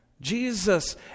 Jesus